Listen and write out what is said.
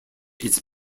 its